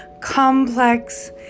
complex